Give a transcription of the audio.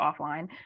offline